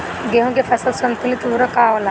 गेहूं के फसल संतुलित उर्वरक का होला?